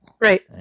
Right